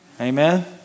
Amen